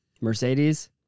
Mercedes